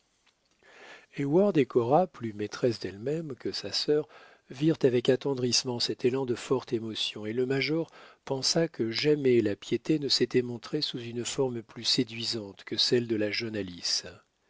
et cora plus maîtresse d'elle-même que sa sœur virent avec attendrissement cet élan de forte émotion et le major pensa que jamais la piété ne s'était montrée sous une forme plus séduisante que celle de la jeune